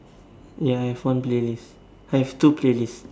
ya I have one playlist I have two playlists